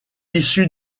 issu